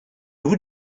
would